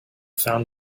found